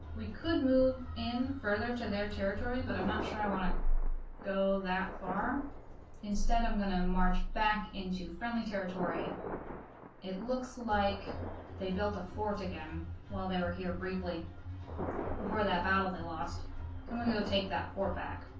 we could move in further to their territory but i'm not sure i want to go that far instead i'm gonna march back into friendly territory it looks like they built a fort again while they were here briefly before that battle they lost i'm gonna go take that fort back